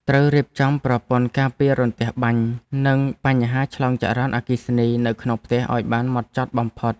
ត្រូវរៀបចំប្រព័ន្ធការពាររន្ទះបាញ់និងបញ្ហាឆ្លងចរន្តអគ្គិភ័យនៅក្នុងផ្ទះឱ្យបានហ្មត់ចត់បំផុត។